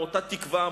מאותה תקווה,